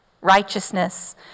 righteousness